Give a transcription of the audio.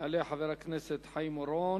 יעלה חבר הכנסת חיים אורון,